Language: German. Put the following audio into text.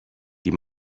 die